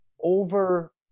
over